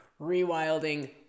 Rewilding